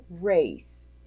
race